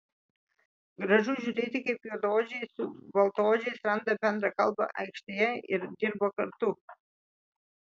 gražu žiūrėti kaip juodaodžiai su baltaodžiais randa bendrą kalbą aikštėje ir dirba kartu